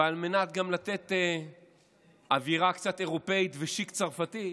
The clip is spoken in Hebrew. ועל מנת לתת גם קצת אווירה אירופית ושיק צרפתי,